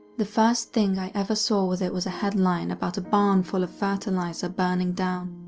the first thing i ever saw with it was a headline about a barn full of fertilizer burning down.